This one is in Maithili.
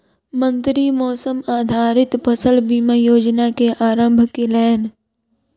मंत्री मौसम आधारित फसल बीमा योजना के आरम्भ केलैन